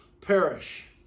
perish